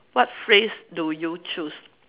what phrase do you choose